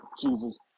Jesus